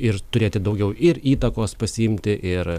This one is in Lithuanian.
ir turėti daugiau ir įtakos pasiimti ir